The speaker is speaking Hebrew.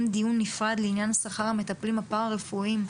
דיון נפרד לעניין שכר המטפלים הפרא רפואיים,